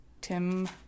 Tim